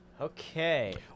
Okay